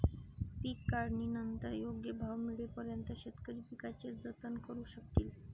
पीक काढणीनंतर योग्य भाव मिळेपर्यंत शेतकरी पिकाचे जतन करू शकतील